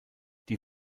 die